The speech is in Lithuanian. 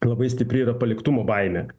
labai stipri yra paliktumo baimė